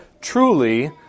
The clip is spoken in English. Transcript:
truly